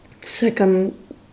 second